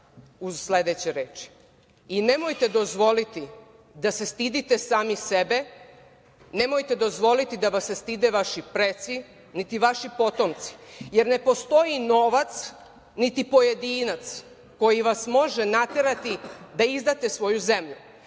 uz sledeće reči - I nemojte dozvoliti da se stidite sami sebe, nemojte dozvoliti da vas se stide vaši preci, niti vaši potomci, jer ne postoji novac niti pojedinac koji vas može naterati da izdate svoju zemlju,